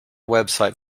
website